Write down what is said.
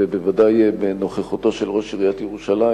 ובוודאי בנוכחותו של ראש עיריית ירושלים,